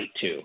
Two